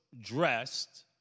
dressed